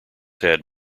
had